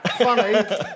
funny